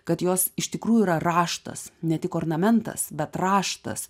kad jos iš tikrųjų yra raštas ne tik ornamentas bet raštas